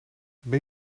ben